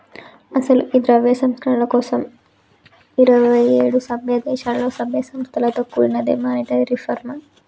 అసలు ఈ ద్రవ్య సంస్కరణల కోసం ఇరువైఏడు సభ్య దేశాలలో సభ్య సంస్థలతో కూడినదే మానిటరీ రిఫార్మ్